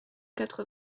quatre